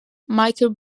michael